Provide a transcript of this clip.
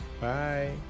Bye